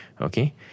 Okay